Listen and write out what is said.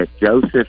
Joseph